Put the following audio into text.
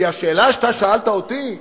כי השאלה שאתה שאלת אותי,